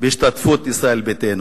בהשתתפות ישראל ביתנו.